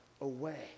away